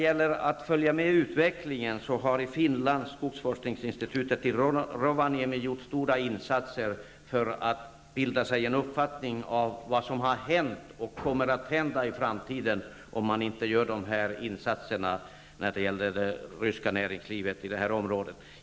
I Finland har skogforskningsinstitutet i Rovaniemi gjort stora insatser för att bilda sig en uppfattning om vad som har hänt och kommer att hända i framtiden om man inte gör insatser i fråga om det ryska näringslivet i detta område.